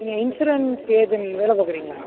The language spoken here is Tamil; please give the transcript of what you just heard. நீங்கள் இன்சூரன்ஸ் ஏஜெண்ட் வேலை பார்க்குறீங்களா